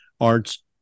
arts